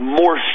more